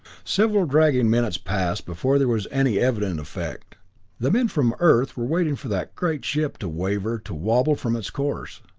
several dragging minutes passed before there was any evident effect the men from earth were waiting for that great ship to waver, to wobble from its course.